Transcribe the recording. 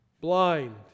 Blind